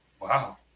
Wow